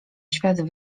świat